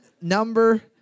number